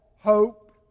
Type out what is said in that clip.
hope